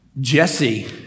Jesse